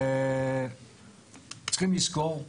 צריכים לזכור,